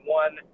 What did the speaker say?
one